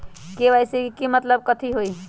KYC के मतलब कथी होई?